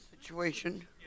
situation